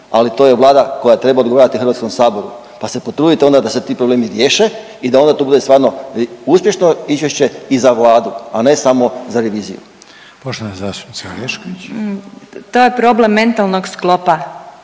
ali to je Vlada koja treba odgovarati HS-u pa se potrudite onda da se ti problemi riješe i da onda to bude stvarno uspješno izvješće i za Vladu, a ne samo za reviziju. **Reiner, Željko